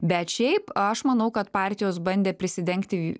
bet šiaip aš manau kad partijos bandė prisidengti